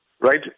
right